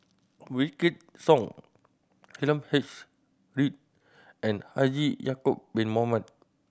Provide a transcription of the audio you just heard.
Wykidd Song H Read and Haji Ya'acob Bin Mohamed